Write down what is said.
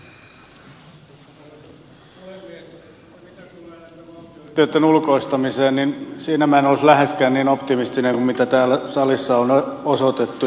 mitä tulee valtionyhtiöitten ulkoistamiseen niin siinä minä en olisi läheskään niin optimistinen kuin mitä täällä salissa on osoitettu ja esitetty